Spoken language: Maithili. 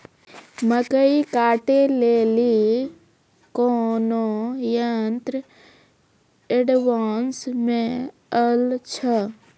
मकई कांटे ले ली कोनो यंत्र एडवांस मे अल छ?